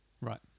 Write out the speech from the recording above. right